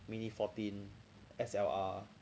mini fourteen S_L_R